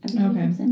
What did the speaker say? Okay